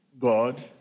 God